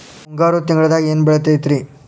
ಮುಂಗಾರು ತಿಂಗಳದಾಗ ಏನ್ ಬೆಳಿತಿರಿ?